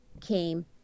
came